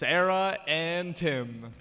sarah and tim